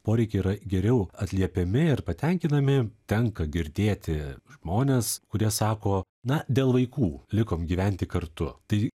poreikiai yra geriau atliepiami ir patenkinami tenka girdėti žmones kurie sako na dėl vaikų likom gyventi kartu tai